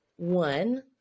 One